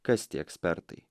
kas tie ekspertai